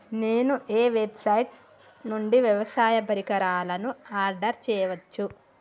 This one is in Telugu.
నేను ఏ వెబ్సైట్ నుండి వ్యవసాయ పరికరాలను ఆర్డర్ చేయవచ్చు?